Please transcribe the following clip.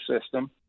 System